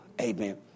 Amen